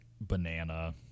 banana